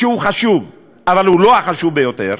שהוא חשוב אבל הוא לא החשוב ביותר,